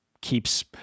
keeps